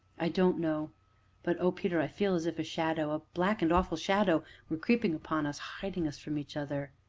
i don't know but oh, peter! i feel as if a shadow a black and awful shadow were creeping upon us hiding us from each other.